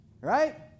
Right